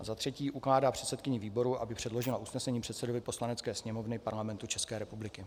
III. ukládá předsedkyni výboru, aby předložila usnesení předsedovi Poslanecké sněmovny Parlamentu České republiky.